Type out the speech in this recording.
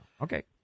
Okay